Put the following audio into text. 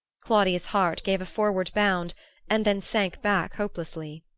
claudia's heart gave a forward bound and then sank back hopelessly.